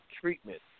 treatment